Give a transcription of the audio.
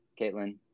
Caitlin